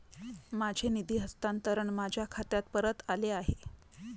माझे निधी हस्तांतरण माझ्या खात्यात परत आले आहे